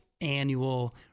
annual